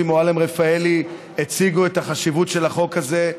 מועלם-רפאלי הציגו את החשיבות של החוק הזה.